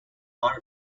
part